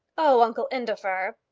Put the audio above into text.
oh, uncle indefer!